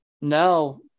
no